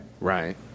Right